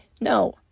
No